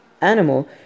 animal